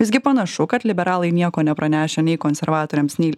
visgi panašu kad liberalai nieko nepranešę nei konservatoriams nei